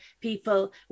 people